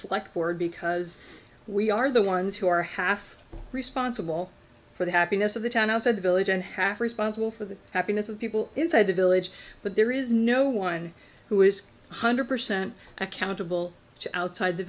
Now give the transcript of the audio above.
select board because we are the ones who are half responsible for the happiness of the town outside the village and half responsible for the happiness of people inside the village but there is no one who is one hundred percent accountable outside the